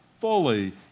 fully